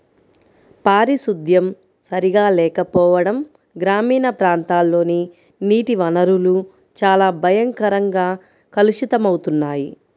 పారిశుద్ధ్యం సరిగా లేకపోవడం గ్రామీణ ప్రాంతాల్లోని నీటి వనరులు చాలా భయంకరంగా కలుషితమవుతున్నాయి